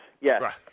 yes